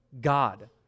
God